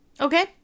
Okay